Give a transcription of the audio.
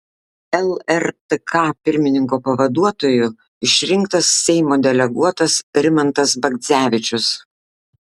lrtk pirmininko pavaduotoju išrinktas seimo deleguotas rimantas bagdzevičius